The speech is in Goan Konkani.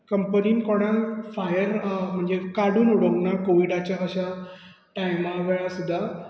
कंपनीन कोणांक फायर म्हणजे काडून उडोवंक ना कॉवीडाच्या अश्या टायमा वेळार सुद्दां